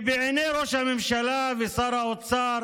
כי בעיני ראש הממשלה ושר האוצר